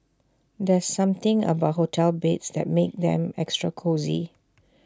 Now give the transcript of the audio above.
there's something about hotel beds that makes them extra cosy